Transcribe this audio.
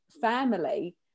family